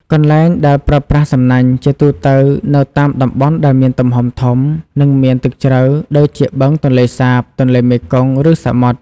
កន្លែងដែលប្រើប្រាស់សំណាញ់ ជាទូទៅនៅតាមតំបន់ដែលមានទំហំធំ និងមានទឹកជ្រៅ ដូចជាបឹងទន្លេសាប ទន្លេមេគង្គ ឬសមុទ្រ។